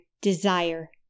desire